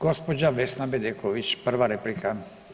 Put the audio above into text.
Gospođa Vesna Bedeković prva replika.